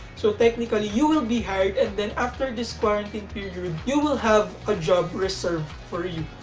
so technically you will be hired and then after this quarantine period, you and you will have a job reserved for you.